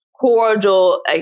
cordial